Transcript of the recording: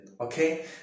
Okay